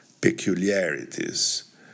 peculiarities